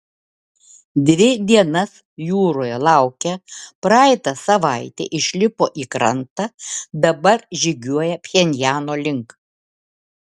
dvi dienas jūroje laukę praeitą savaitę išlipo į krantą dabar žygiuoja pchenjano link